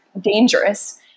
dangerous